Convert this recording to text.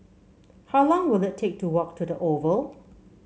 how long will it take to walk to the Oval